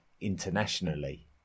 internationally